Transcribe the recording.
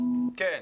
כן.